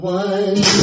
one